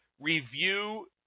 review